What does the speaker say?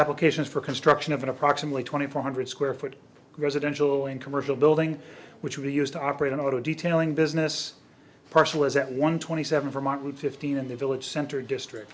applications for construction of an approximately twenty four hundred square foot residential and commercial building which will be used to operate an auto detailing business parcel is at one twenty seven vermont with fifteen in the village center district